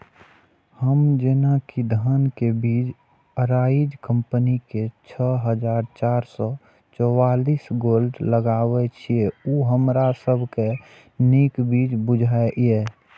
हम जेना कि धान के बीज अराइज कम्पनी के छः हजार चार सौ चव्वालीस गोल्ड लगाबे छीय उ हमरा सब के नीक बीज बुझाय इय?